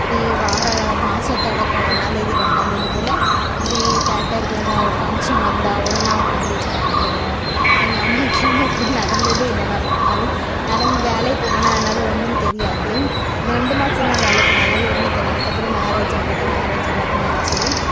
இப்படி வார மாத தொடக்கம் ஒன்றாந்தேதி ரெண்டாந்தேதி போல இப்படி தேட்டர் போவோம் ஃபங்க்ஷன் வந்தால் ஒன்றா உட்காந்து சாப்பிடுவோம் எங்கள் அம்மா வீட்டிலலாம் இப்படி நடந்ததே இல்லை நான் அது நடந்து வேலைக்கு போவேனே அதனால் ஒன்றும் தெரியாது ரெண்டு மாதம் தான் வேலைக்கு போனேன் அதனால் ஒன்றும் தெரியாது அதுக்கப்புறம் மேரேஜ் வந்துட்டு மேரேஜ் பண்ணியாச்சு